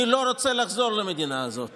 אני לא רוצה לחזור למדינה הזאת